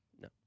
No